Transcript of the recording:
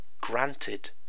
granted